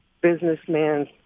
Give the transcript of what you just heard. businessman